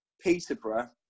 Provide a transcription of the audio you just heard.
Peterborough